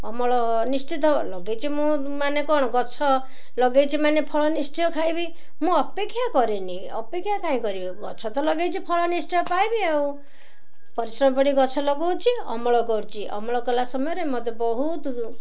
ଅମଳ ନିଶ୍ଚିତ ଲଗେଇଛି ମୁଁ ମାନେ କଣ ଗଛ ଲଗେଇଛି ମାନେ ଫଳ ନିଶ୍ଚୟ ଖାଇବି ମୁଁ ଅପେକ୍ଷା କରେନି ଅପେକ୍ଷା କାହିଁ କରିବି ଗଛ ତ ଲଗେଇଛି ଫଳ ନିଶ୍ଚୟ ପାଇବି ଆଉ ପରିଶ୍ରମ ପଡ଼ି ଗଛ ଲଗାଉଛି ଅମଳ କରୁଛି ଅମଳ କଲା ସମୟରେ ମୋତେ ବହୁତ